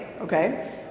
okay